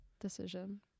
decision